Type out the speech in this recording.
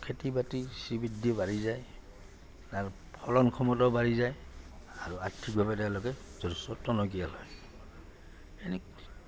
খেতি বাতি শ্ৰীবৃদ্ধি বাঢ়ি যায় তাৰ ফলন ক্ষমতাও বাঢ়ি যায় আৰু আৰ্থিকভাৱে তেওঁলোকে যথেষ্ট টনকিয়াল হয় এনে